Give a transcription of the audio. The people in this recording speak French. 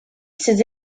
ses